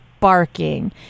barking